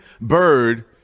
bird